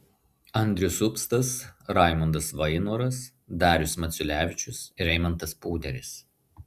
andrius upstas raimundas vainoras darius maciulevičius ir eimantas poderis